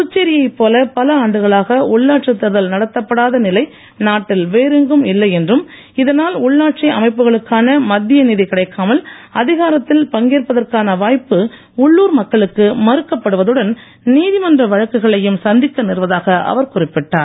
புதுச்சேரியை போல பல ஆண்டுகளாக உள்ளாட்சித் தேர்தல் நடத்தப்படாத நிலை நாட்டில் வேறெங்கும் இல்லை என்றும் இதனால் உள்ளாட்சி அமைப்புகளுக்கான மத்திய நிதி கிடைக்காமல் அதிகாரத்தில் பங்கேற்பதற்கான வாய்ப்பு உள்ளூர் மக்களுக்கு மறுக்கப்படுவதுடன் நீதிமன்ற வழக்குகளையும் சந்திக்க நேர்வதாக அவர் குறிப்பிட்டார்